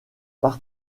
par